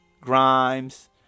Grimes